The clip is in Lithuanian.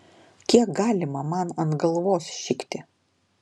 kiek galima man ant galvos šikti